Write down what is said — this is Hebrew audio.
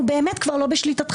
הוא באמת כבר לא בשליטתך.